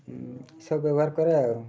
ସବୁ ବ୍ୟବହାର କରେ ଆଉ